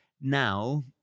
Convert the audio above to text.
now